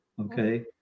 okay